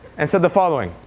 and said the following.